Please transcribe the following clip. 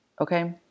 Okay